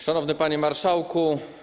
Szanowny Panie Marszałku!